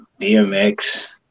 DMX